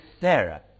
Sarah